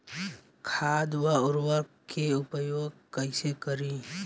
खाद व उर्वरक के उपयोग कइसे करी?